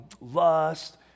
lust